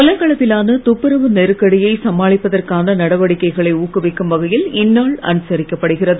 உலக அளவிலான துப்புரவு நெருக்கடியை சமாளிப்பதற்கான நடவடிக்கைகளை ஊக்குவிக்கும் வகையில் இந்நாள் அனுசரிக்கப்படுகிறது